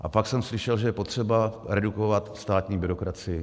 A pak jsem slyšel, že je potřeba redukovat státní byrokracii.